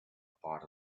part